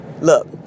look